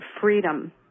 freedom